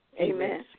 Amen